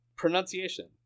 Pronunciation